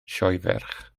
sioeferch